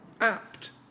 apt